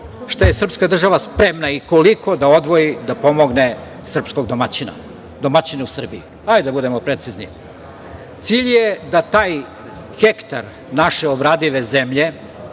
što je srpska država spremna i koliko da odvoji da pomogne srpskog domaćina, domaćina u Srbiji, da budemo precizni? Cilj je da taj hektar naše obradive zemlje